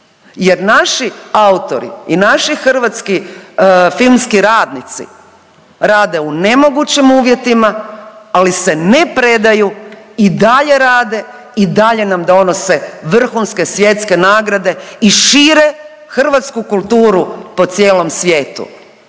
jer naši autori i naši hrvatski filmski radnici rade u nemogućim uvjetima, ali se ne predaju i dalje rade i dalje nam donose vrhunske svjetske nagrade i šire hrvatsku kulturu po cijelom svijetu.